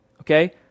okay